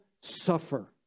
suffer